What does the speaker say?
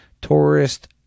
tourist